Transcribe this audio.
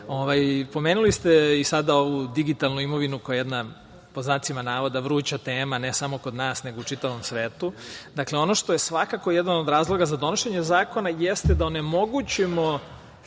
ste i ovu digitalnu imovinu, koja je jedna, pod znacima navoda, vruća tema, ne samo kod nas, nego u čitavom svetu. Dakle, ono što je svakako jedan od razloga za donošenje zakona jeste da onemogućimo